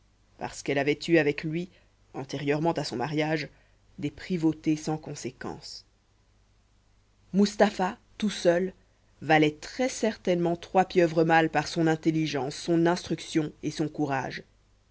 parce qu'elle avait eu avec lui antérieurement à son mariage des privautés sans conséquence mustapha tout seul valait très certainement trois pieuvres mâles par son intelligence son instruction et son courage